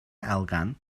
elgan